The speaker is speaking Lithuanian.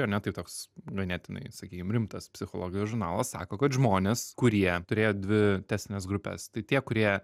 ar ne tai toks ganėtinai sakykim rimtas psichologijos žurnalas sako kad žmonės kurie turėjo dvi testines grupes tai tie kurie